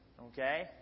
Okay